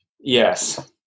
yes